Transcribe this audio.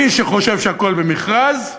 מי שחושב שהכול במכרז,